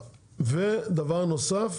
דבר נוסף,